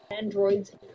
Androids